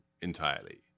entirely